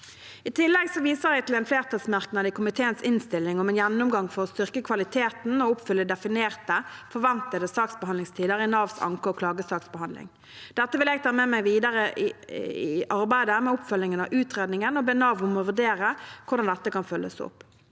I tillegg viser jeg til en flertallsmerknad i komiteens innstilling om en gjennomgang for å styrke kvaliteten og oppfylle definerte forventede saksbehandlingstider i Navs anke- og klagesaksbehandling. Dette vil jeg ta med meg videre i arbeidet med oppfølgingen av utredningen, og be Nav om å vurdere hvordan dette kan følges opp.